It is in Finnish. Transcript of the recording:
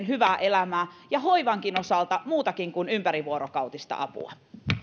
hyvää elämää ja hoivankin osalta muutakin kuin ympärivuorokautista apua